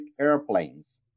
airplanes